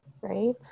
Right